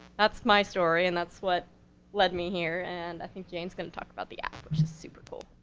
that's my story, and that's what led me here, and i think jane's gonna talk about the app, which is super cool.